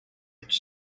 its